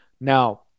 Now